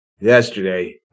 yesterday